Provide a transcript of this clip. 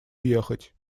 уехать